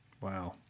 Wow